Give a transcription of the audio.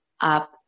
up